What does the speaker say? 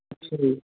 ਅੱਛਾ ਜੀ